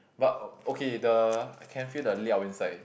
but uh okay the I can feel the inside